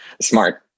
Smart